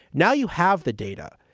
now you have the data.